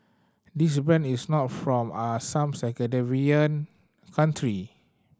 this brand is not from are some country